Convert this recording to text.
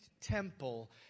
temple